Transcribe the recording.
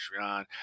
Patreon